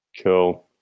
cool